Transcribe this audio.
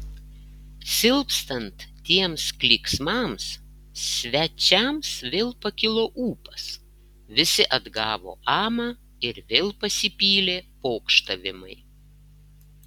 silpstant tiems klyksmams svečiams vėl pakilo ūpas visi atgavo amą ir vėl pasipylė pokštavimai